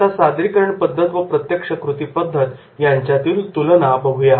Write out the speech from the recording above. आता सादरीकरण पद्धत व प्रत्यक्ष कृती पद्धत यांच्यातील तुलना बघूया